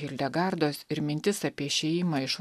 hildegardos ir mintis apie išėjimą iš